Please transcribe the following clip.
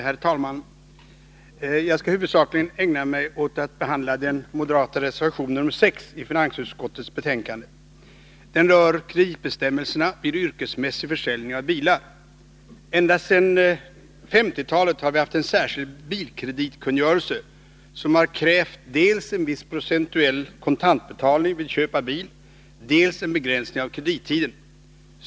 Herr talman! Jag skall huvudsakligen ägna mig åt att behandla den moderata reservationen nr 6 i finansutskottets betänkande. Den rör kreditbestämmelserna vid yrkesmässig försäljning av bilar. Ända sedan 1950-talet har vi haft en särskild bilkreditkungörelse som har krävt dels en viss procentuell kontantbetalning vid köp av bil, dels en begränsning av kredittiden.